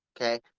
okay